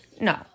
No